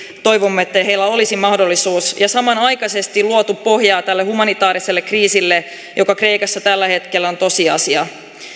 toivomme että heillä olisi mahdollisuus ja samanaikaisesti luotu pohjaa tälle humanitaariselle kriisille joka kreikassa tällä hetkellä on tosiasia